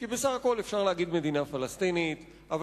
כי בסך הכול אפשר להגיד "מדינה פלסטינית" אבל